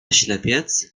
ślepiec